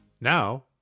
Now